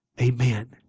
Amen